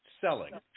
selling